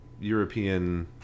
European